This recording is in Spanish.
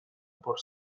por